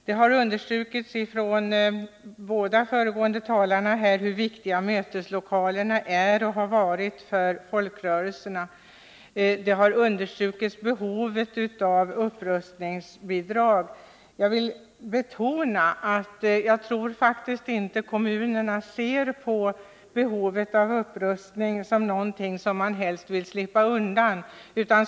Det har understrukits av båda de föregående talarna hur viktiga möteslokalerna är och har varit för folkrörelserna, och man har understrukit behovet av upprustningsbidrag. Jag vill betona att jag faktiskt inte tror att kommunerna ser på sitt ansvar för upprustningen som något som de helst vill slippa undan från.